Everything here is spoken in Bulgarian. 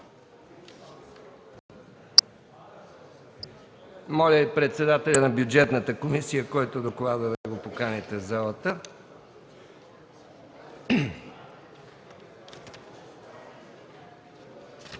Моля председателят на Бюджетната комисия, който докладва, да го поканите в залата.